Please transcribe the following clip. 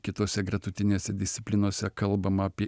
kitose gretutinėse disciplinose kalbama apie